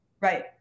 right